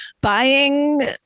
buying